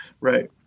Right